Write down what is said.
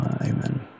Amen